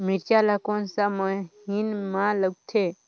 मिरचा ला कोन सा महीन मां उगथे?